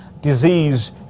disease